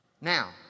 Now